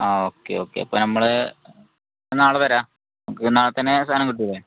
ആ okay okay അപ്പം നമ്മൾ നാളെ വരാം നമുക്ക് നാളെ തന്നെ സാധാനം കിട്ടുമോ